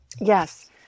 Yes